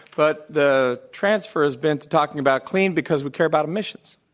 but the transfer has been to talking about clean because we care about emissions.